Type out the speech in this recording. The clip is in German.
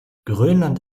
grönland